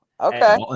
okay